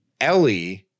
Ellie-